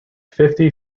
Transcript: fifty